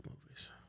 movies